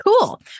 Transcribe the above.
Cool